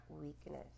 weakness